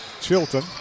Chilton